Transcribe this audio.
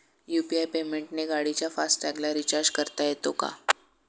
UPI पेमेंटने गाडीच्या fast टॅगला रिर्चाज करता येते का?